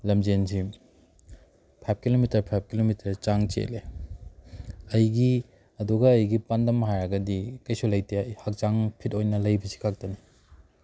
ꯂꯝꯖꯦꯟꯁꯦ five kilometre five kilometre ꯆꯥꯡ ꯆꯦꯜꯂꯦ ꯑꯩꯒꯤ ꯑꯗꯨꯒ ꯑꯩꯒꯤ ꯄꯥꯟꯗꯝ ꯍꯥꯏꯔꯒꯗꯤ ꯀꯩꯁꯨ ꯂꯩꯇꯦ ꯑꯩ ꯍꯛꯆꯥꯡ ꯐꯤꯠ ꯑꯣꯏꯅ ꯂꯩꯕꯁꯤ ꯈꯛꯇꯅꯤ